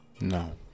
No